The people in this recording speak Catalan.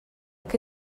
que